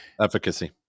efficacy